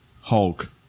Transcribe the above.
Hulk